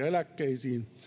eläkkeisiin